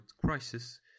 crisis